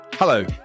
Hello